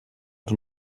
els